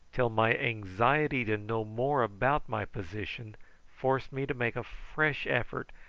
till my anxiety to know more about my position forced me to make a fresh effort,